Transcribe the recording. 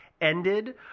ended